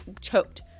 choked